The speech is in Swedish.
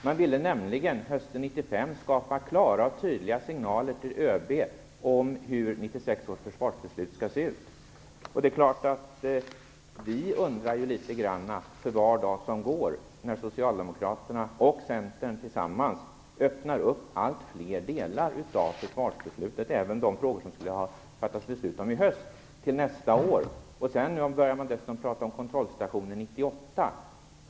Man ville nämligen hösten 1995 skapa klara och tydliga signaler till ÖB om hur 1996 års försvarsbeslut skall se ut. Det är klart att vi blir ju litet grand undrande för var dag som går när Socialdemokraterna och Centern tillsammans skjuter upp allt fler delar av försvarsbeslutet, även de frågor som det skulle ha fattats beslut om i höst, till nästa år. Nu börjar man dessutom tala om kontrollstationen 1998.